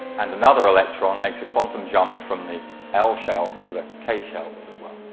and another electron makes a quantum jump from the l shell to the k shell as it were.